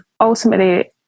ultimately